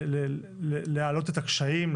להעלות את הקשיים,